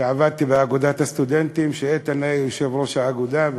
עבדתי באגודת הסטודנטים כשהוא היה יושב-ראש האגודה,